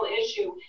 issue